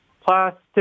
plastic